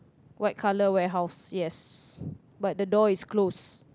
white colour warehouse yes but the door is close